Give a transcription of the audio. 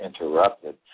interrupted